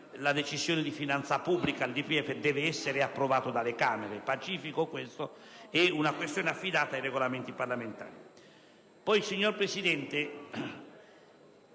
la Decisione di finanza pubblica deve essere approvata dalle Camere: questo è pacifico ed è una questione affidata ai Regolamenti parlamentari.